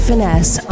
Finesse